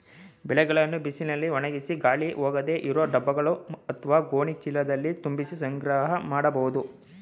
ಬೆಳೆಗಳನ್ನು ಬಿಸಿಲಿನಲ್ಲಿ ಒಣಗಿಸಿ ಗಾಳಿ ಹೋಗದೇ ಇರೋ ಡಬ್ಬಗಳು ಅತ್ವ ಗೋಣಿ ಚೀಲದಲ್ಲಿ ತುಂಬಿಸಿ ಸಂಗ್ರಹ ಮಾಡ್ಬೋದು